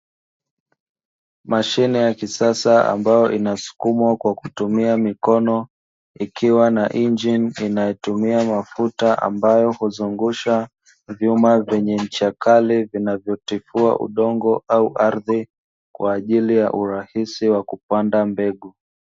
Mashine ya kisasa ambayo inasukumwa kwa kutumia mikono ikiwa na injini inayotumia mafuta, ambayo huzungusha vyuma vyenye ncha kali vinavyotifua udongo au ardhi kwa ajili ya urahisi wa kupanda mbegu.